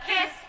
kiss